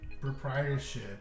proprietorship